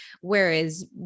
whereas